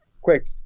quick